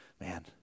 man